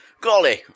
golly